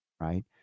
right